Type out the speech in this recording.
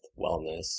wellness